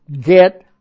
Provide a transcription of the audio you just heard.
get